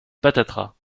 patatras